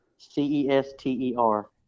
C-E-S-T-E-R